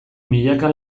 milaka